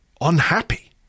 unhappy